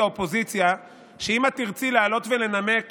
ואופוזיציה שאם את תרצי לעלות ולנמק